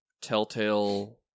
telltale